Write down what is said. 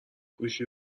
گوشی